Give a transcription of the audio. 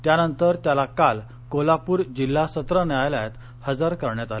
त्यानंतर त्याला काल कोल्हापूर जिल्हा सत्र न्यायालयात हजर करण्यात आलं